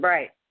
Right